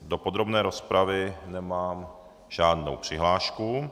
Do podrobné rozpravy nemám žádnou přihlášku.